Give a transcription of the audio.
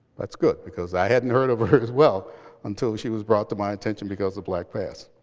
that's good, because i hadn't heard of her as well until she was brought to my attention because of blackpast.